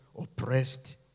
Oppressed